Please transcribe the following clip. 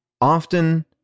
often